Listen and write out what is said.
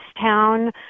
town